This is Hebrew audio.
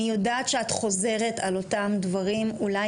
אני יודעת שאת חוזרת על אותם דברים אולי